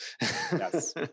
Yes